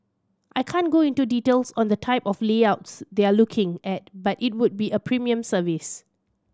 I can't go into details on the type of layouts they're looking at but it would be a premium service